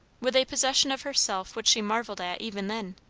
with a possession of herself which she marvelled at even then.